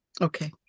Okay